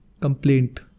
Complaint